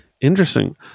Interesting